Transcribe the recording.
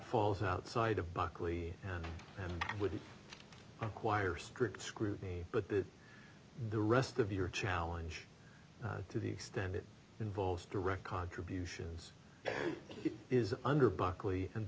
falls outside of buckley would acquire strict scrutiny but that the rest of your challenge to the extent it involves direct contributions is under buckley and